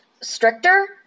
stricter